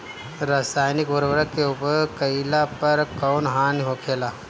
रसायनिक उर्वरक के उपयोग कइला पर कउन हानि होखेला?